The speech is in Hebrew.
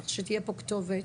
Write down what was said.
צריכה להיות פה כתובת.